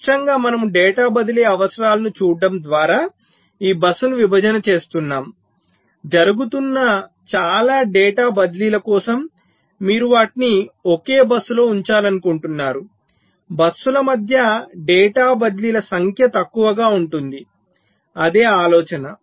స్పష్టంగా మనము డేటా బదిలీ అవసరాలను చూడటం ద్వారా ఈ బస్సు ను విభజన చేస్తున్నాము జరుగుతున్న చాలా డేటా బదిలీ ల కోసం మీరు వాటిని ఒకే బస్సులో ఉంచాలనుకుంటున్నారు బస్సుల మధ్య డేటా బదిలీల సంఖ్య తక్కువగా ఉంటుంది అదే ఆలోచన